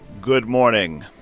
good morning.